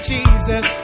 Jesus